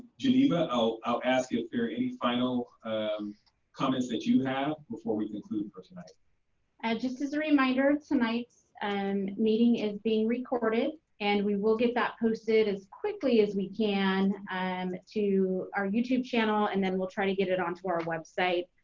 geneva, i'll i'll ask you if there are any final comments that you have before we conclude for tonight? and just as a reminder, tonight's and meeting is being recorded and we will get that posted as quickly as we can and to our youtube channel and then we'll try to get it onto our website,